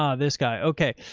um this guy. okay.